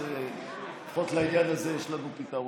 אז לפחות לעניין הזה יש לנו פתרון.